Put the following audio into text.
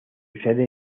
sede